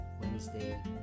Wednesday